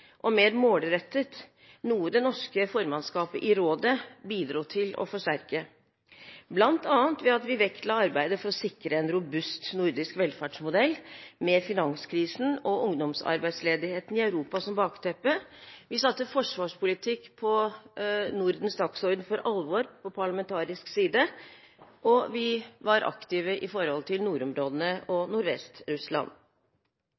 og mer målrettet, noe det norske formannskapet i rådet bidro til å forsterke, bl.a. ved at vi vektla arbeidet for å sikre en robust nordisk velferdsmodell med finanskrisen og ungdomsarbeidsledigheten i Europa som bakteppe, vi satte forsvarspolitikk på Nordens dagsorden for alvor på parlamentarisk side, og vi var aktive med tanke på nordområdene